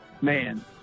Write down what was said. man